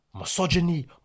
misogyny